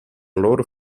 loro